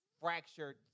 fractured